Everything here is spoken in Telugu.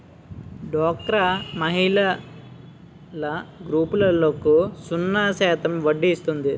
డోక్రా మహిళల గ్రూపులకు సున్నా శాతం వడ్డీ ఇస్తుంది